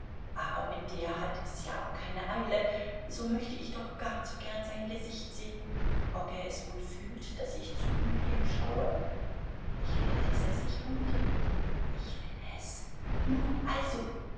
aber mit der hat es ja auch keine eile so möchte ich doch gar zu gern sein gesicht sehen ob er es wohl fühlt daß ich zu ihm hinschaue ich will daß er sich umdreht ich will es nun also